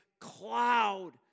cloud